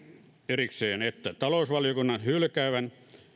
erikseen että talousvaliokunnan hylkäävän